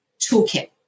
toolkit